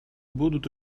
будут